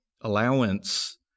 allowance